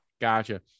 Gotcha